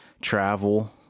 travel